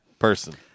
Person